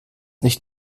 nicht